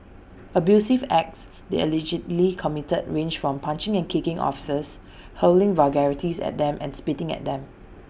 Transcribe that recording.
abusive acts they allegedly committed range from punching and kicking officers hurling vulgarities at them and spitting at them